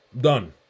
Done